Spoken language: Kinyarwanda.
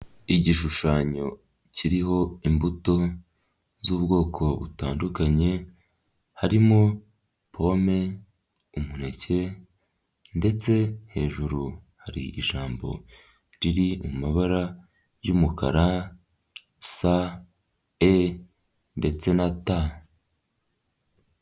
Igishushanyo kiriho imbuto z'ubwoko butandukanye harimo: pome, umuneke ndetse hejuru hari ijambo riri mu mabara y'umukara sa, e ndetse na ta.